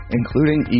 including